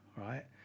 right